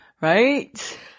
Right